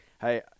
hey